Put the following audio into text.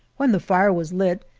when the fire was lit,